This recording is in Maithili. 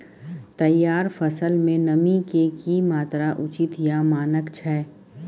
तैयार फसल में नमी के की मात्रा उचित या मानक छै?